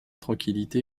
tranquillité